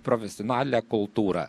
profesionalią kultūrą